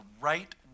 right